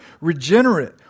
regenerate